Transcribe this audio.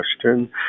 question